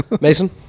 Mason